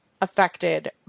affected